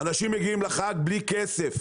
אנשים מגיעים לחג בלי כסף